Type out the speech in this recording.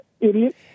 idiot